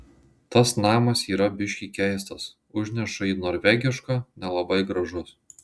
tas namas yra biški keistas užneša į norvegišką nelabai gražus